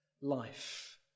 life